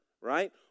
right